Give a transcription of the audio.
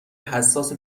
حساس